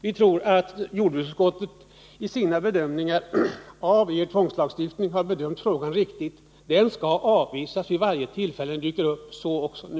Vi tror att jordbruksutskottet har gjort en riktig bedömning av ert förslag till tvångslagstiftning. Det skall avvisas vid varje tillfälle det dyker upp. Så också nu.